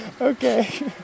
okay